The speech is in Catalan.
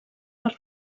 per